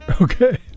Okay